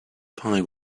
pie